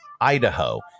idaho